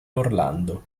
orlando